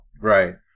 Right